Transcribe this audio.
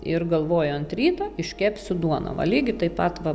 ir galvojo ant ryto iškepsiu duoną va lygiai taip pat va